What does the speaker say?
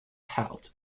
held